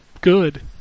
good